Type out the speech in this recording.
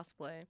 cosplay